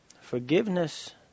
Forgiveness